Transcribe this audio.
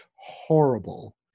horrible